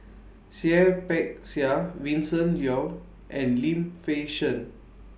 Seah Peck Seah Vincent Leow and Lim Fei Shen